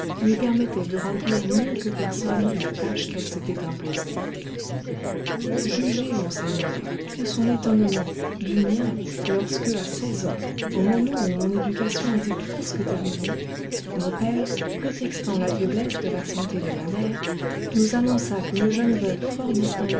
lui permettaient de remplir mieux que personne la tâche qu'elle s'était imposée jugez monseigneur de son étonnement du mien lorsque à seize ans au moment où mon éducation était presque terminée mon père prétextant la faiblesse de la santé de ma mère nous annonça qu'une jeune veuve fort